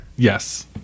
Yes